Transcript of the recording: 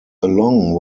along